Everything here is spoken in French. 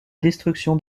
destruction